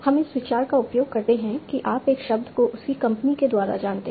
हम इस विचार का उपयोग करते हैं कि आप एक शब्द को उसकी कंपनी के द्वारा जानते हैं